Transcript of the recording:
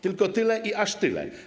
Tylko tyle i aż tyle.